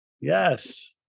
Yes